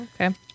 okay